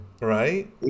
right